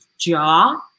jaw